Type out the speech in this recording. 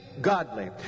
godly